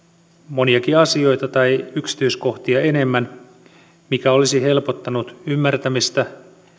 moniakin asioita tai yksityiskohtia enemmän mikä olisi helpottanut ymmärtämistä